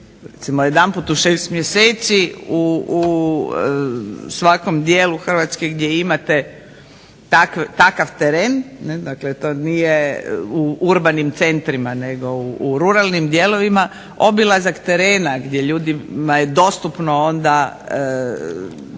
jedanputa u 6 mjeseci u svakom dijelu HRvatske gdje imate takav teren, to nije u urbanim centrima, nego u ruralnim dijelovima, obilazak terena gdje je ljudima dostupno onda